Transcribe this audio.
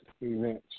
events